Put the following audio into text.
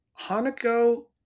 Hanako